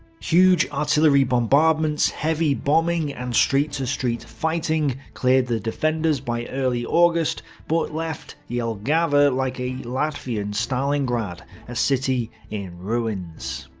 huge artillery bombardments, heavy bombing and street-to-street fighting cleared the defenders by early august but left jelgava like a latvian stalingrad a city in ruins.